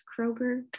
Kroger